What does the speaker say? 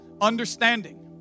Understanding